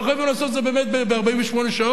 לא חייבים לעשות את זה באמת ב-48 שעות.